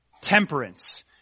Temperance